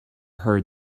heard